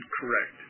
correct